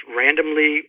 randomly